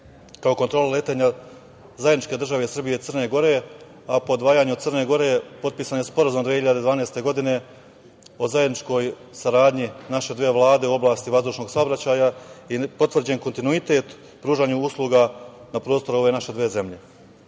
kao kontrola letenja zajedničke države Srbije i Crne Gore, a po odvajanju Crne Gore potpisan je Sporazum 2012. godine o zajedničkoj saradnji naše dve vlade u oblasti vazdušnog saobraćaja i potvrđen kontinuitet pružanjem usluga na prostoru ove naše dve zemlje. Kod